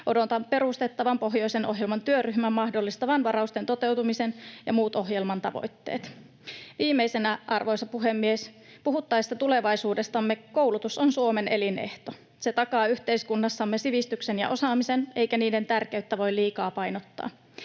Odotan perustettavan pohjoisen ohjelman työryhmän mahdollistavan varausten toteutumisen ja muut ohjelman tavoitteet. Viimeisenä, arvoisa puhemies: Puhuttaessa tulevaisuudestamme koulutus on Suomen elinehto. Se takaa yhteiskunnassamme sivistyksen ja osaamisen, eikä niiden tärkeyttä voi liikaa painottaa.